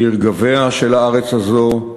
לרגביה של הארץ הזאת,